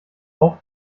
auch